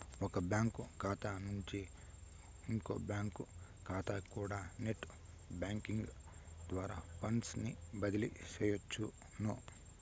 ఒక బ్యాంకు కాతా నుంచి ఇంకో బ్యాంకు కాతాకికూడా నెట్ బ్యేంకింగ్ ద్వారా ఫండ్సుని బదిలీ సెయ్యొచ్చును